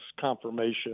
confirmation